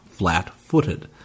flat-footed